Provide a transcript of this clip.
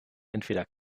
entweder